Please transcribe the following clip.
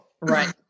Right